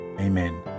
Amen